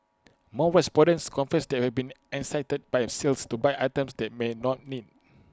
more respondents confess they have been enticed by A sales to buy items they may not need